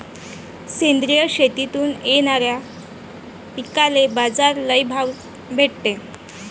सेंद्रिय शेतीतून येनाऱ्या पिकांले बाजार लई भाव भेटते